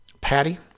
Patty